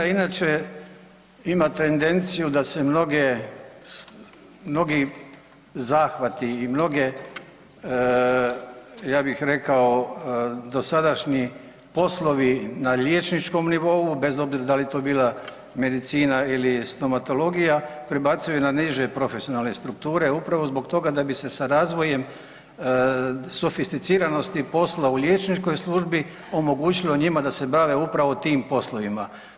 Medicina inače ima tendenciju da se mnoge, mnogi zahvati i mnoge ja bih rekao dosadašnji poslovi na liječničkom nivou bez obzira da je to bila medicina ili stomatologija prebacuju na niže profesionalne strukture upravo zbog toga da bi se sa razvojem sofisticiranosti posla u liječničkoj službi omogućilo njima da se bave upravo tim poslovima.